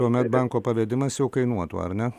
tuomet banko pavedimas jau kainuotų ar ne